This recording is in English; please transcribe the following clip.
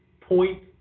point